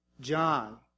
John